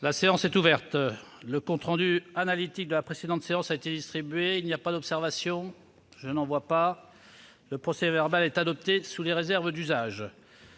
La séance est ouverte. Le compte rendu analytique de la précédente séance a été distribué. Il n'y a pas d'observation ?... Le procès-verbal est adopté sous les réserves d'usage.